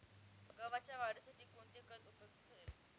गव्हाच्या वाढीसाठी कोणते खत उपयुक्त ठरेल?